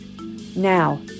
Now